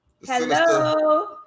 Hello